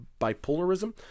bipolarism